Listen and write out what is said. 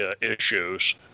issues